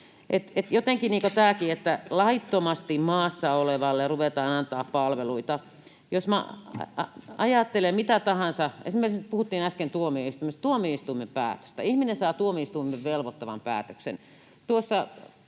niin kuin tämäkin, että laittomasti maassa olevalle ruvetaan antamaan palveluita. Jos minä ajattelen mitä tahansa, esimerkiksi — puhuttiin äsken tuomioistuimista — tuomioistuimen päätöstä: Ihminen saa tuomioistuimen velvoittavan päätöksen,